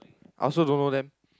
I also don't know them